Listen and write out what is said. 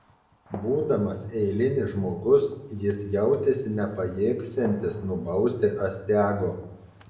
būdamas eilinis žmogus jis jautėsi nepajėgsiantis nubausti astiago